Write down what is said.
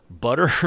butter